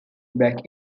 back